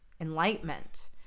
enlightenment